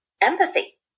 empathy